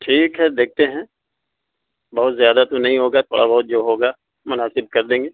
ٹھیک ہے دیکھتے ہیں بہت زیادہ تو نہیں ہوگا تھوڑا بہت جو ہوگا مناسب کر دیں گے